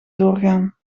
doorgaan